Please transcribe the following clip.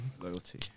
Loyalty